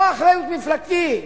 לא אחריות מפלגתית.